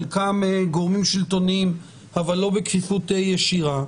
חלקם גורמים שלטוניים אבל לא בכפיפות ישירה,